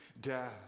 death